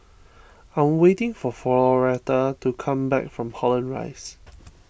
I am waiting for Floretta to come back from Holland Rise